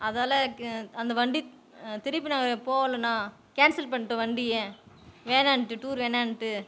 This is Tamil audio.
அதால் க அந்த வண்டி திருப்பி நாங்கள் போகலைண்ணா கேன்சல் பண்ணிட்டோம் வண்டியை வேணான்னுட்டு டூர் வேணான்னுட்டு